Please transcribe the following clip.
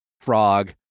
frog